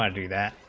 but do that